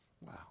Wow